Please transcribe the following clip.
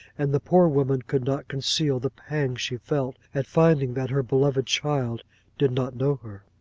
and the poor woman could not conceal the pang she felt, at finding that her beloved child did not know her.